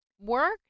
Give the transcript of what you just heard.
Work